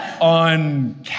on